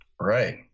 right